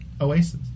Oasis